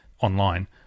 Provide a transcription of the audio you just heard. online